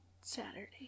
Saturday